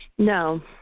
No